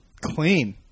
clean